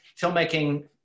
filmmaking